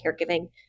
caregiving